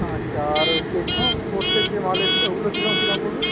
আচ্ছা আর টেকনোফোর্সের যে মাল এসেছে ওগুলো কীরকম কী দাম পড়বে